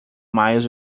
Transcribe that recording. miles